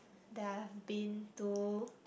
that I've been to